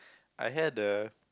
I had a